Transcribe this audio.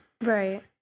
Right